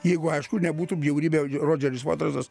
jeigu aišku nebūtų bjaurybė rodžeris votarsas